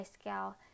scale